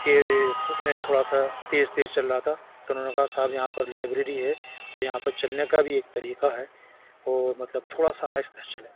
کہ میں تھوڑا سا تیز تیز چل رہا تھا تو انہوں نے کہا صاحب یہاں پر لائبریری ہے اور یہاں پر چلنے کا بھی ایک طریقہ ہے اور مطلب تھوڑا سا آہستہ چلیں